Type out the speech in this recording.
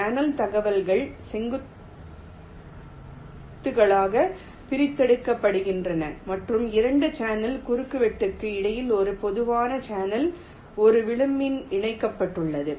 channel தகவல்கள் செங்குத்துகளாக பிரித்தெடுக்கப்படுகின்றன மற்றும் 2 சேனல் குறுக்குவெட்டுக்கு இடையில் ஒரு பொதுவான சேனல் ஒரு விளிம்பில் இணைக்கப்பட்டுள்ளது